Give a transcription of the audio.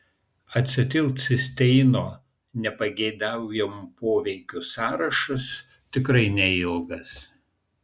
acetilcisteino nepageidaujamų poveikių sąrašas tikrai neilgas